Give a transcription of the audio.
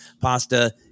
pasta